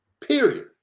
Period